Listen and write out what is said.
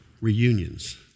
reunions